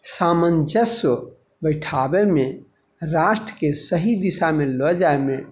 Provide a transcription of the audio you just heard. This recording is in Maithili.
सामञ्जस्य बैठाबैमे राष्ट्रके सही दिशामे लअ जाइमे